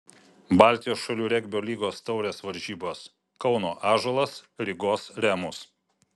baltijos šalių regbio lygos taurės varžybos kauno ąžuolas rygos remus